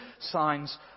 signs